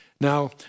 Now